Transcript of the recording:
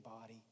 body